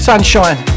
Sunshine